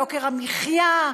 יוקר המחיה,